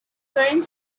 current